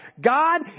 God